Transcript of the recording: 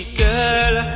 girl